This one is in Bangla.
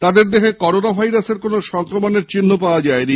তাদের দেহে করোনা ভাইরাসের কোন সংক্রমণ পাওয়া যায়নি